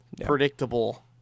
predictable